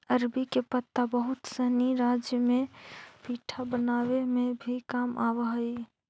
अरबी के पत्ता बहुत सनी राज्य में पीठा बनावे में भी काम आवऽ हई